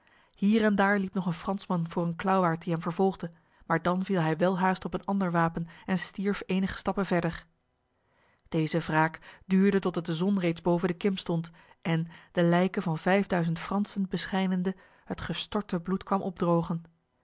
hier en daar liep nog een fransman voor een klauwaard die hem vervolgde maar dan viel hij welhaast op een ander wapen en stierf enige stappen verder deze wraak duurde totdat de zon reeds boven de kim stond en de lijken van vijfduizend fransen beschijnende het gestorte bloed kwam opdrogen